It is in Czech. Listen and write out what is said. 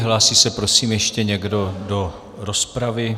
Hlásí se prosím ještě někdo do rozpravy?